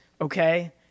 okay